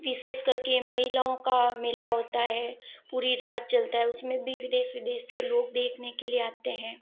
विशेष करके महिलाओं का मेला होता है पूरी रात चलता है उसमें भी विदेश विदेश से लोग देखने के लिए आते हैं